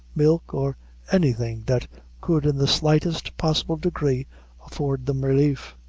milk or anything that could in the slightest possible degree afford them relief.